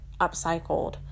upcycled